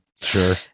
Sure